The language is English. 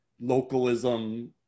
localism